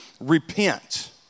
repent